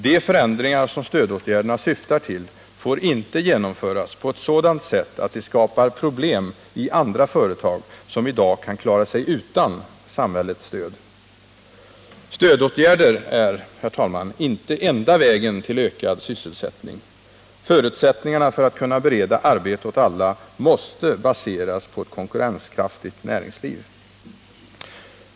De förändringar som stödåtgärderna syftar till får inte genomföras på ett sådant sätt att de skapar problem i andra företag, som i dag kan klara sig utan samhällets stöd. Stödåtgärder är, herr talman, inte den enda vägen till ökad sysselsättning. Förutsättningarna för att kunna bereda arbete åt alla måste baseras på ett konkurrenskraftigt näringsliv.